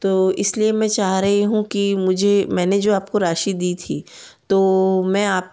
तो इस लिए मैं चाह रही हूँ कि मुझे मैंने जो आपको राशि दी थी तो मैं आप